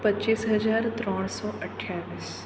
પચીસ હજાર ત્રણસો અઠ્ઠાવીસ